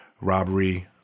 robbery